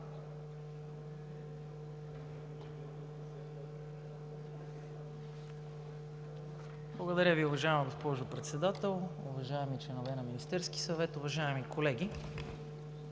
Благодаря Ви, уважаема госпожо Председател. Уважаеми членове на Министерския съвет, уважаеми колеги!